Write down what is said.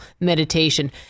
meditation